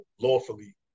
lawfully